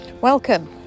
Welcome